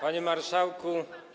Panie Marszałku!